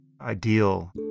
ideal